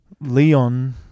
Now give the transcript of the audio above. Leon